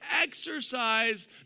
exercise